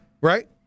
right